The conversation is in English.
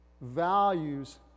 values